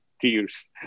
tears